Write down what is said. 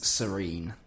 serene